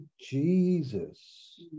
jesus